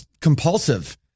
compulsive